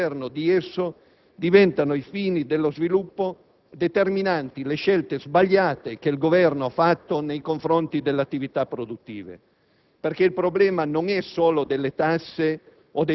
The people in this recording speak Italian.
ma certamente non può essere trascurato il fatto che all'interno di esse diventano, ai fini dello sviluppo, determinanti le scelte sbagliate che il Governo ha fatto nei confronti delle attività produttive.